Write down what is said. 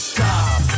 Stop